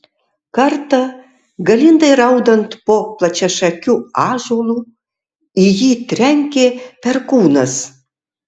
kartą galindai raudant po plačiašakiu ąžuolu į jį trenkė perkūnas